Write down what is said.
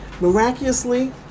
Miraculously